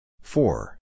four